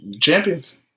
champions